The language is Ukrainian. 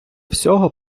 всього